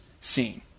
scene